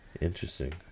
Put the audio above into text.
interesting